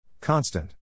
Constant